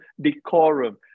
decorum